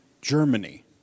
Germany